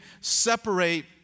separate